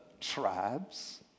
tribes